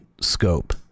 scope